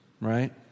right